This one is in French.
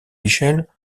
michel